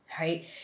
right